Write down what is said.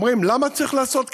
אומרים: למה צריך לעשות כבישים?